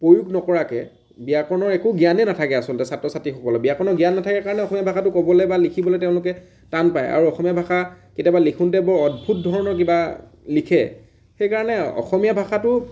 প্ৰয়োগ নকৰাকে ব্য়াকৰণৰ একো জ্ঞানে নাথাকে আচলতে ছাত্ৰ ছাত্ৰীসকলৰ ব্য়াকৰণৰ জ্ঞান নাথাকে কাৰণে অসমীয়া ভাষাটো ক'বলে বা লিখিবলে তেওঁলোকে টান পায় আৰু অসমীয়া ভাষা কেতিয়াবা লিখোঁতে বৰ অদ্ভুত ধৰণৰ কিবা লিখে সেইকাৰণে অসমীয়া ভাষাটো